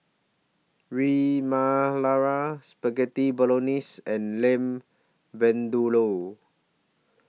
Ras Malai Spaghetti Bolognese and Lamb Vindaloo